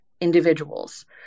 individuals